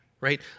right